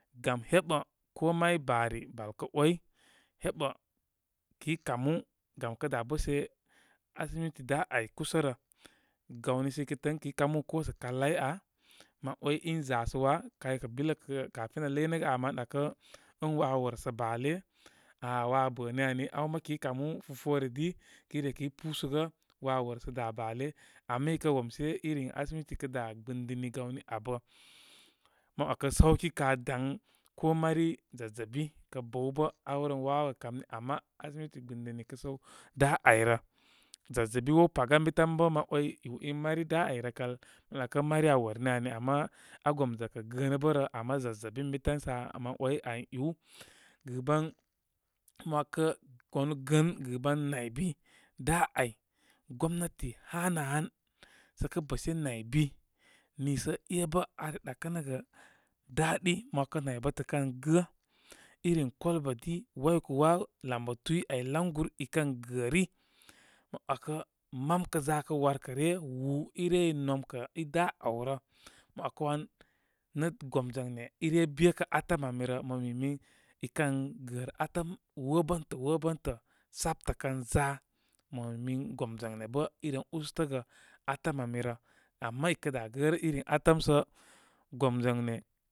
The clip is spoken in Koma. Gam heɓə ko may bari bal kə 'way, heɓə ki kamu. Gam kə da' bəshe asimiti da' ay kusa rə, gawni sə i kə təə ən kəy kamu ko sə' kalai aa' mən 'way in zasə waa. kay kə' bile kə', kafin aa ləynəgə aa, mən dakə' ən waa aa wor sə ba'le, a'a waa aa bə' ni ani, aw ma kəy kamu fufəre di kəy ne kəy pusu gə, waa aa worsə da' ba'led. Ama i ko womshe iri asimiti kə' da' gbɨndimi gawni abə', mə wakə sauki ka daŋ. Ko mari zazzabi kə bəw bə arewren wawogə kamni, ama asimiti gbɨndini kə səw da' ayrə. k zazzabi wow paga ənbi tan bə ma 'way iwin mari da' ay rəle al mə dakə ən mari aa wor ni ani. Ama aa gomzwakə' gəə nə' bərə, amma zazzabi ən bi tan sə' aa mən 'way aa iw. Gɨban mo 'wakə wanu gəən gɨban naybi da' ay, gomnati hanəhan sə kə' bəshe nay bi niisə e'bə are ɗakə nogə da die mo 'wakə naybətə kən gə', iri kolbadi waykuwa, lamba tu ay layguru i kən gəri, mə 'wakə' mam kə za kə warkə ryə, wuw i ren nomkə' i da' a'wrə. Mə 'wakə 'wangomzwayne, ire bekə' atəm ami rə. Mə mimin i kən gərə atəm, wobəntə' wobatuntə', tsapta kəza, mə mimin gomzwayne bə' i ren ustəgə. at əm ani rə. Ama i kə da gərə irin atəm sə gomzwayne.